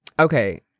Okay